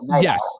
Yes